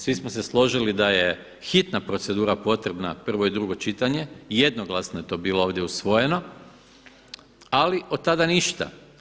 Svi smo se složili da je hitna procedura potrebna, prvo i drugo čitanje, jednoglasno je to bilo ovdje usvojeno ali od tada ništa.